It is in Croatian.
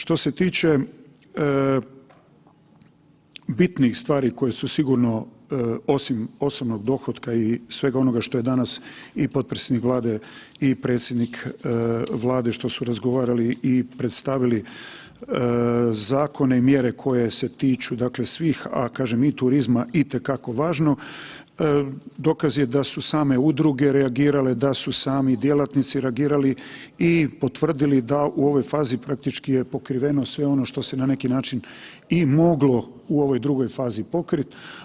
Što se tiče bitnih stvari koje su sigurno osim osobnog dohotka i svega onoga što je danas i potpredsjednik Vlade predsjednik Vlade što su razgovarali i predstavili zakone i mjere koje se tiču svih, a kažem i turizma itekako važno, dokaz je da su same udruge reagirale, da su sami djelatnici reagirali i potvrdili da u ovoj fazi praktički je pokriveno sve ono što se na neki način i moglo u ovoj drugoj fazi pokrit.